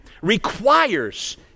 requires